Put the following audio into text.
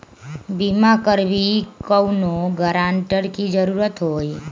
बिमा करबी कैउनो गारंटर की जरूरत होई?